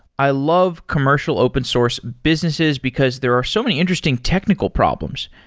i love commercial open source businesses because there are so many interesting technical problems.